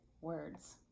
words